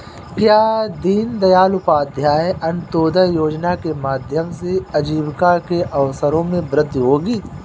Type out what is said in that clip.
क्या दीन दयाल उपाध्याय अंत्योदय योजना के माध्यम से आजीविका के अवसरों में वृद्धि होगी?